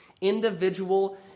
individual